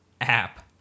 app